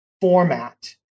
format